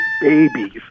babies